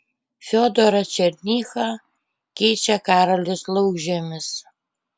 fiodorą černychą keičia karolis laukžemis